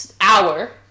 hour